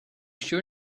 sure